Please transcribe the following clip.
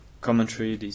commentary